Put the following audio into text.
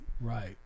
Right